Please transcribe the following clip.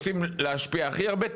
רוצים להשפיע הכי הרבה?